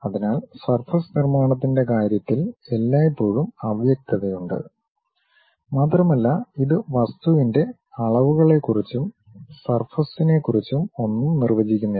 അതിനാൽ സർഫസ് നിർമ്മാണത്തിന്റെ കാര്യത്തിൽ എല്ലായ്പ്പോഴും അവ്യക്തതയുണ്ട് മാത്രമല്ല അത് വസ്തുവിന്റെ അളവുകളെക്കുറിച്ചും സർഫസ്നെകുറിച്ചും ഒന്നും നിർവചിക്കുന്നില്ല